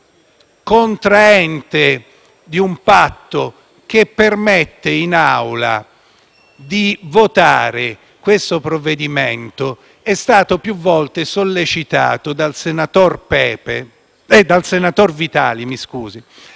in qualità di contraente di un patto che permette in Aula di votare questo provvedimento, lei è stato più volte sollecitato dal senatore Vitali